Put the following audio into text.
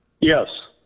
Yes